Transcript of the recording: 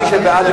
מי שבעד,